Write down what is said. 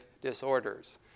disorders